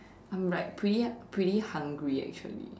I'm like pretty pretty hungry actually